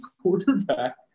quarterback